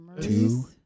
Two